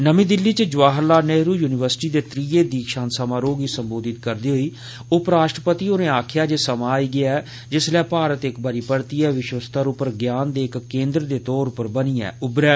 नर्मी दिल्ली इच जवाहर लाल नेहरू यूनिवर्सिटी दे त्रिए दीक्षांत समारोह गी संबोधित करदे होई उपराष्ट्रपति होरें गलाया जे समां आई गेदा ऐ जिसलै भारत इक बारी परतिए विश्व स्तर उप्पर ज्ञान दे इक केन्द्र दे तौर उप्पर बनिए उभरै